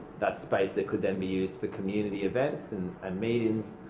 that space that could then be used for community events and and meetings.